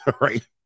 right